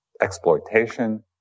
exploitation